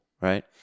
right